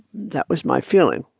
that was my feeling.